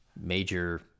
major